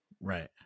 Right